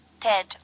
Ted